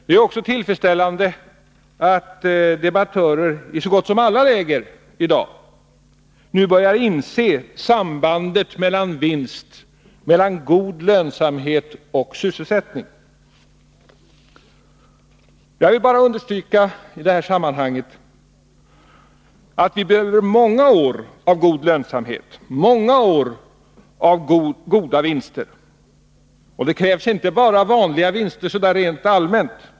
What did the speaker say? Det är också tillfredsställande att debattörer i så gott som alla läger i dag börjar inse sambandet mellan vinst, god lönsamhet, och sysselsättning. Jag vill bara understryka i det här sammanhanget att vi behöver många år av god lönsamhet, många år av goda vinster. Och det krävs inte bara vanliga vinster så där rent allmänt.